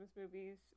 movies